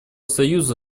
союза